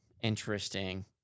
Interesting